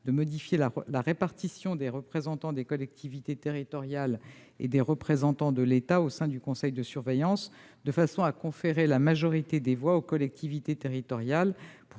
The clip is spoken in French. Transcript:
de modifier la répartition des représentants des collectivités territoriales et des représentants de l'État au sein du conseil de surveillance, de façon à conférer la majorité des voix aux collectivités territoriales.